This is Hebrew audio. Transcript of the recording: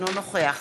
אינו נוכח